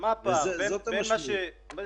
זאת המשמעות.